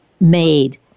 made